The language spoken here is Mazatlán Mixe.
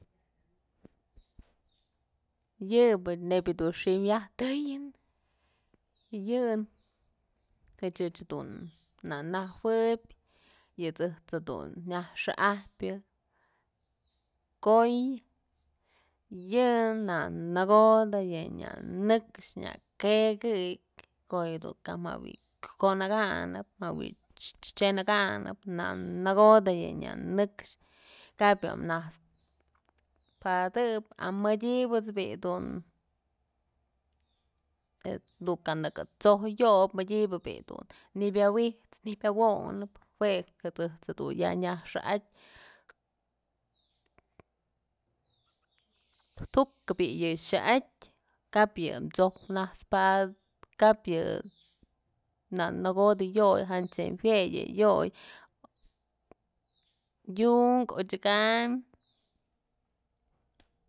Yëbë neyb dun xi'im yajtëyën yëk ëch dun na najuëbyë yë ëjt's jedun nyaj xa'ajpyë koy, yë nanëkodë yë nya nëkxë nya kekëkyë ko'o yëdun jawë kyonëkanëp jawë t'syënëkanëp nanëkodë yë nya nëkxë kap yë najt'spadëp mëdyëbët's bi'i dun kënëk t'soj yobyë mëdyëbë bi'i dun nëbyawit's nëbyawonëp jue ëjt's dun ya nyaj xa'atyë tuk bi'i yë xa'atyë kap yë t'soj naxpa kap yë nanëkodë yoy jatyëm juë yë yoy yunkë odyëkam.